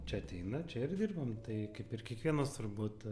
čia ateina čia ir dirbam tai kaip ir kiekvienas turbūt